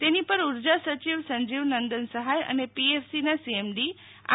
તેની પર ઉર્જા સચિવ સંજીવ નંદન સહાય અને પીએફસીના સીએમડી આર